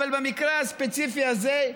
אבל במקרה הספציפי הזה,